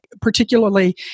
particularly